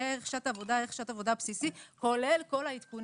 יהיה ערך שעת עבודה ערך שעת עבודה בסיסי כולל כל העדכונים.